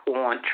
on